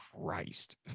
Christ